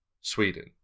Sweden